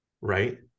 right